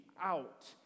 out